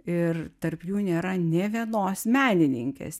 ir tarp jų nėra nė vienos menininkės